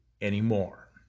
anymore